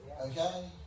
Okay